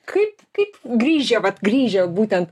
kaip kaip grįžę vat grįžę būtent